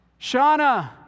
Shauna